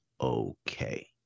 okay